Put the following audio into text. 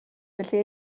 felly